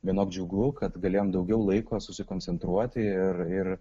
vienok džiugu kad galėjom daugiau laiko susikoncentruoti ir ir